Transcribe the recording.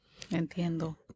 Entiendo